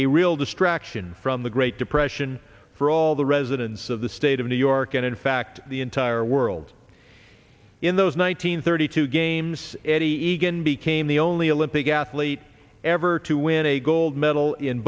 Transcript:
a real distraction from the great depression for all the residents of the state of new york and in fact the entire world in those one hundred thirty two games eddie egan became the only olympic athlete ever to win a gold medal in